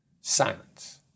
Silence